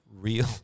real